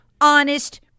honest